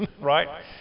right